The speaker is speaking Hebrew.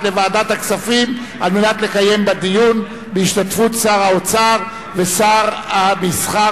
לוועדת הכספים כדי לקיים בהן דיון בהשתתפות שר האוצר ושר המסחר,